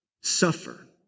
suffer